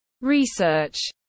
Research